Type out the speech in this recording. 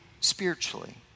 spiritually